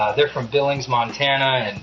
ah they're from billings, mont. ah